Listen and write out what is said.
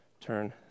turn